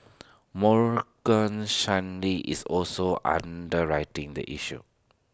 Morgan Stanley is also underwriting the issue